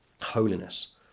holiness